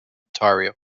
ontario